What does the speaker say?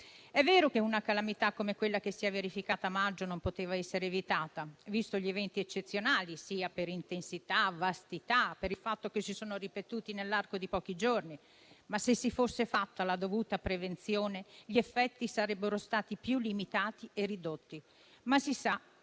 È vero che una calamità come quella che si è verificata a maggio non poteva essere evitata, visti gli eventi eccezionali per intensità e per vastità e il fatto che si sono ripetuti nell'arco di pochi giorni. Tuttavia, se si fosse fatta la dovuta prevenzione, gli effetti sarebbero stati più limitati e ridotti; ma, si sa,